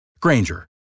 Granger